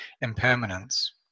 impermanence